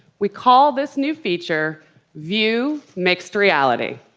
we call this new feature view mixed reality.